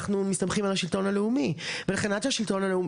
אנחנו מסתמכים על השלטון הלאומי ומבחינת השלטון הלאומי